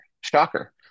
Shocker